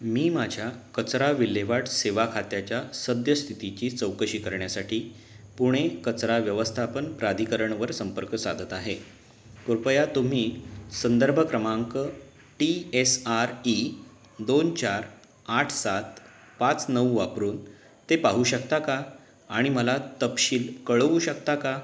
मी माझ्या कचरा विल्हेवाट सेवा खात्याच्या सद्यस्थितीची चौकशी करण्यासाठी पुणे कचरा व्यवस्थापन प्राधिकणवर संपर्क साधत आहे कृपया तुम्ही संदर्भ क्रमांक टी एस आर ई दोन चार आठ सात पाच नऊ वापरून ते पाहू शकता का आणि मला तपशील कळवू शकता का